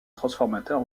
transformateur